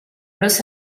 los